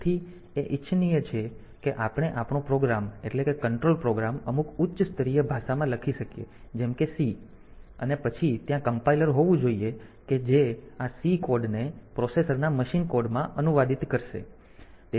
તેથી એ ઇચ્છનીય છે કે આપણે આપણો પ્રોગ્રામ એટલે કે કંટ્રોલ પ્રોગ્રામ અમુક ઉચ્ચ સ્તરીય ભાષામાં લખી શકીએ જેમ કે C અને પછી ત્યાં કમ્પાઈલર હોવું જોઈએ કે જે આ C કોડ ને પ્રોસેસરના મશીન કોડ માં અનુવાદિત કરશે